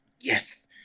Yes